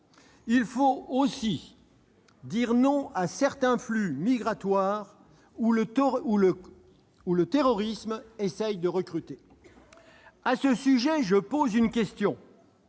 Il faut aussi dire non à certains flux migratoires, au sein desquels le terrorisme essaie de recruter. À ce sujet, je pose une question